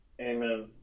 Amen